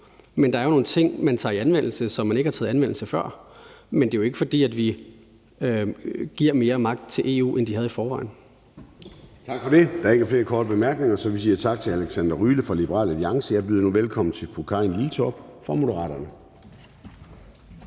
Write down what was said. nu. Der er jo nogle ting, man tager i anvendelse, som man ikke har taget i anvendelse før, men det er jo ikke, fordi vi giver mere magt til EU, end de havde i forvejen. Kl. 18:13 Formanden (Søren Gade): Tak for det. Der er ikke flere korte bemærkninger, så vi siger tak til hr. Alexander Ryle fra Liberal Alliance. Jeg byder nu velkommen til fru Karin Liltorp fra Moderaterne.